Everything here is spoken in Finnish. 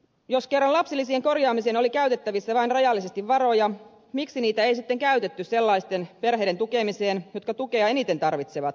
jos kerran lapsilisien korjaamiseen oli käytettävissä vain rajallisesti varoja miksi niitä ei sitten käytetty sellaisten perheiden tukemiseen jotka tukea eniten tarvitsevat